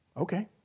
Okay